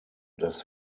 das